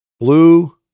Blue